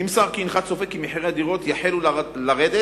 נמסר כי הינך צופה שמחירי הדירות יחלו לרדת